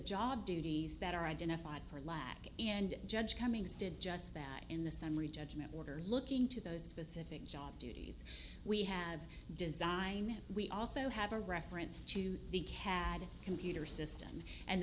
job duties that are identified for lack and judge cummings did just that in the summary judgment order looking to those specific job duties we have design and we also have a reference to the cad computer system and